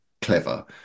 clever